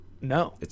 No